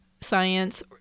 science